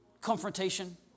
Confrontation